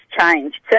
changed